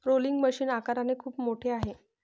rolling machine आकाराने खूप मोठे आहे